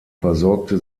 versorgte